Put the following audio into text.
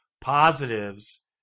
positives